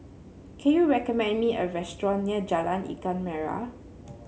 can you recommend me a restaurant near Jalan Ikan Merah